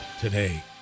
today